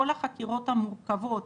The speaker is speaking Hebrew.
כל החקירות המורכבות,